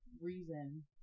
reason